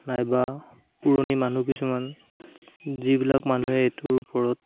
নাইবা পুৰণি মানুহ কিছুমান যিবিলাক মানুহে এইটোৰ ওপৰত